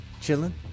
Chilling